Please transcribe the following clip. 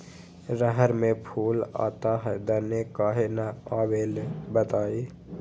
रहर मे फूल आता हैं दने काहे न आबेले बताई?